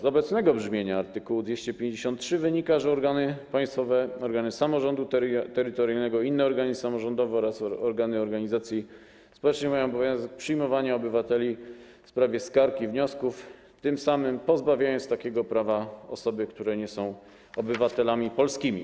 Z obecnego brzmienia art. 253 wynika, że organy państwowe, organy samorządu terytorialnego i inne organy samorządowe oraz organy organizacji społecznych mają obowiązek przyjmowania obywateli w sprawie skarg i wniosków, tym samym pozbawiając takiego prawa osoby, które nie są obywatelami polskimi.